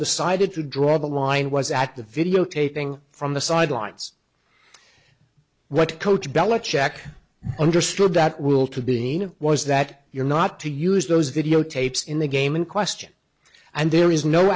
decided to draw the line was at the videotaping from the sidelines what coach bela check understood that rule to be was that you're not to use those videotapes in the game in question and there is no